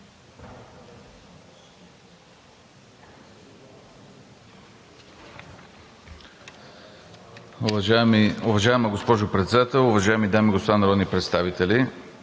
уважаема госпожо Председател. Уважаеми дами и господа народни представители!